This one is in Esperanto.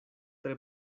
tre